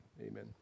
amen